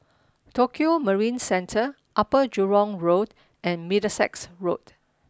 Tokio Marine Centre Upper Jurong Road and Middlesex Road